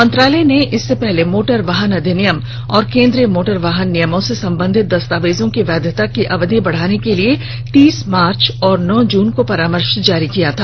मंत्रालय ने इससे पहले मोटर वाहन अधिनियम और केन्द्रीय मोटर वाहन नियमों से सम्बंधित दस्तावेजों की वैधता की अवधि बढ़ाने के लिए तीस मार्च और नौ जून को परामर्श जारी किया था